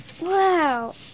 Wow